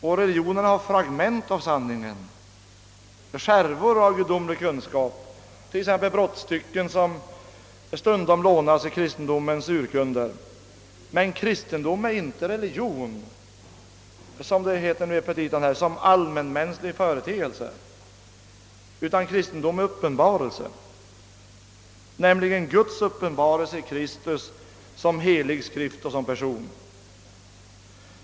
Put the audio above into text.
Och religionen har fragment av sanningen, skärvor av gudomlig kunskap, t.ex. brottstycken som stundom lånas i kristendomens urkunder. Men kristendom är inte religion — som det heter i petita här — som allmänmänsklig företeelse, utan kristendomen är uppenbarelse, nämligen Guds uppenbarelse i Kristus som helig skrift och som person.